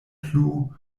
plu